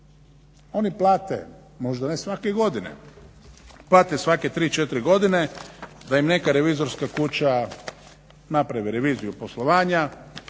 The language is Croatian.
Oni plate možda ne svake godine, plate svake tri, četiri da im neka revizorska kuća napravi reviziju poslovanja,